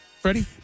Freddie